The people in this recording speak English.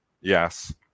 Yes